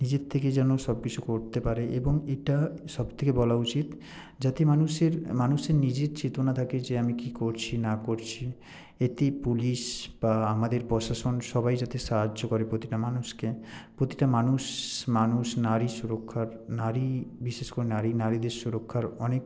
নিজের থেকে যেন সবকিছু করতে পারে এবং এটা সবথেকে বলা উচিত যাতে মানুষের মানুষের নিজের চেতনা থাকে যে আমি কী করছি না করছি এটি পুলিশ বা আমাদের প্রশাসন সবাই যাতে সাহায্য করে প্রতিটা মানুষকে প্রতিটা মানুষ মানুষ নারী সুরক্ষার নারী বিশেষ করে নারী নারীদের সুরক্ষার অনেক